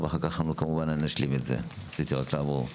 ואלה יצוינו בספרות ובמילים".